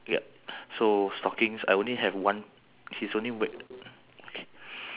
paul paul simon